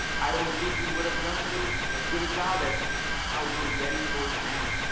i don't think we would have done a good to as good a job as how we're ready for it now.